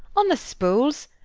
on the spools.